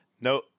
no